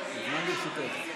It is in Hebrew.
לרשותך.